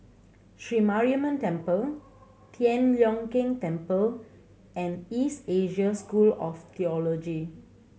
Sri Mariamman Temple Tian Leong Keng Temple and East Asia School of Theology